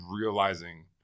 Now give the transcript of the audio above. realizing